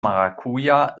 maracuja